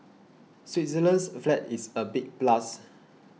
Switzerland's flag is a big plus